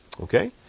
Okay